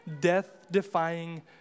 death-defying